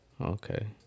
Okay